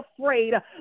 afraid